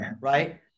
right